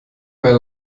mehr